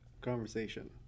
conversation